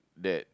that